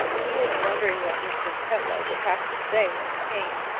he was wondering what mr. tetlow would have to say when he came.